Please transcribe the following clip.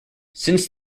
since